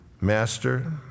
master